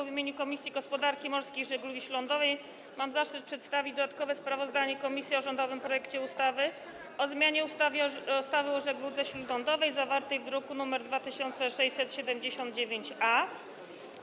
W imieniu Komisji Gospodarki Morskiej i Żeglugi Śródlądowej mam zaszczyt przedstawić dodatkowe sprawozdanie komisji o rządowym projekcie ustawy o zmianie ustawy o żegludze śródlądowej, zawarte w druku nr 2679-A.